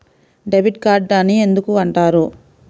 Debit card అని ఎందుకు అంటారు?